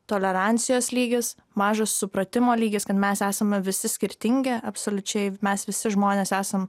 tolerancijos lygis mažas supratimo lygis kad mes esame visi skirtingi absoliučiai mes visi žmonės esam